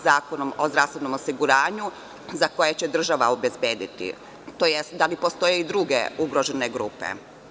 Zakonom o zdravstvenom osiguranju, za koje će država obezbediti, tj. da postoje i druge ugrožene grupe?